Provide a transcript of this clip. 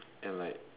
and like